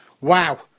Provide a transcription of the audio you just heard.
wow